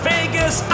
Vegas